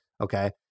Okay